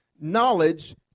knowledge